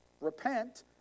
repent